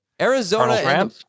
Arizona